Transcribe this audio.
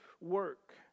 work